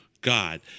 God